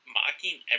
mocking